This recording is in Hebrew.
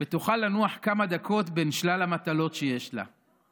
ותוכל לנוח כמה דקות בין שלל המטלות שיש לה.